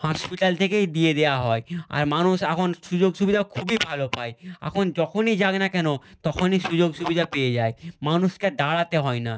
hospital থেকেই দিয়ে দেওয়া হয় আর মানুষ এখন সুযোগ সুবিধা খুবই ভালো পায় আখন যখনই যাক না কেন তখনই সুযোগ সুবিধা পেয়ে যায় মানুষকে আর দাঁড়াতে হয় না